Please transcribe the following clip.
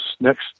next